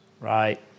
right